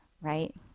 right